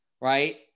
right